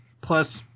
Plus